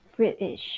British